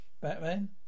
Batman